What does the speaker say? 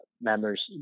members